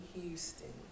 Houston